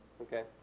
Okay